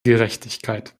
gerechtigkeit